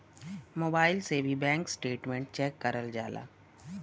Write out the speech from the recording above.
mobile से भी bank statement check करल जाला